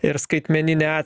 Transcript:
ir skaitmeninę